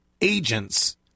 agents